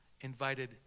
invited